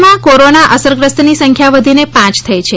રાજ્યમાં કોરોના અસરગ્રસ્તની સંખ્યા વધીને પાંચ થઇ છે